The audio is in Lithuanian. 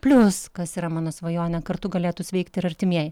plius kas yra mano svajonė kartu galėtų sveikti ir artimieji